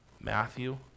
Matthew